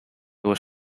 was